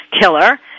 killer